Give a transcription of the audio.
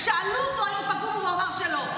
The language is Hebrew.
שאלו אותו: האם פגעו בו, והוא אמר שלא.